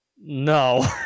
No